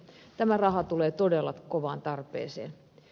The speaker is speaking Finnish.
tämä raha tulee todella kovaan tarpeeseen